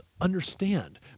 understand